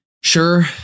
sure